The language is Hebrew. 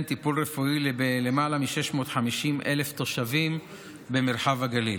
טיפול רפואי למעל מ-650,000 תושבים במרחב הגליל.